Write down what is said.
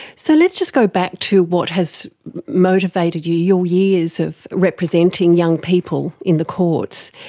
so let's just go back to what has motivated you, your years of representing young people in the courts.